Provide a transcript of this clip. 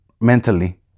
mentally